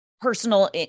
personal